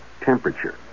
temperature